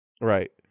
Right